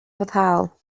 foddhaol